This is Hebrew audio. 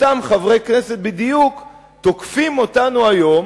אותם חברי כנסת בדיוק תוקפים אותנו היום